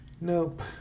Nope